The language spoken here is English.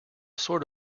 sort